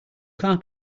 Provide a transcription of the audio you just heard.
car